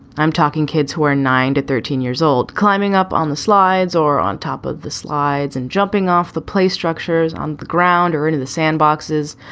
i'm talking kids who are nine to thirteen years old, climbing up on the slides or on top of the slides and jumping off the play structures on the ground or into the sandboxes.